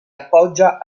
appoggia